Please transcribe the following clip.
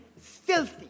Filthy